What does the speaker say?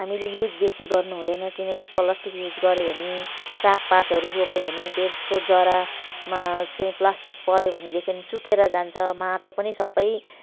हामीले युज बेसी गर्नुहुँदैन किनकि प्लास्टिक युज गर्यो भने सागपातहरू रोप्यौँ भने त्यसको जरामा चाहिँ प्लास्टिक पर्यो भनेदेखि सुकेर जान्छ माटो पनि सबै